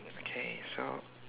okay so